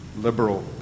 liberal